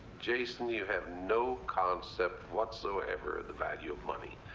jason, you have no concept whatsoever of the value of money.